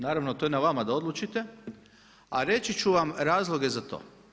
Naravno to je na vama da odlučite, a reći ću vam razloge za to.